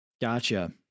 Gotcha